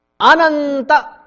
Ananta